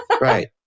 Right